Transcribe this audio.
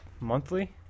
monthly